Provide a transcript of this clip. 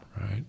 right